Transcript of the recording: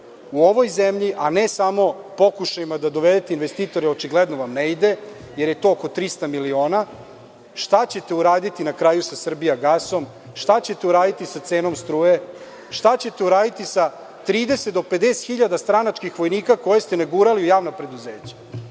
u ovoj zemlji, a ne samo pokušajima da dovedete investitore, očigledno vam ne ide, jer je to oko 300 miliona? Šta ćete uraditi na kraju sa „Srbijagasom“? Šta ćete uraditi sa cenom struje? Šta ćete uraditi sa 30 do 50 hiljada stranačkih vojnika koje ste nagurali u javna preduzeća?